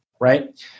right